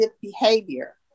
behavior